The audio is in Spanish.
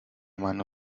mano